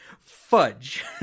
Fudge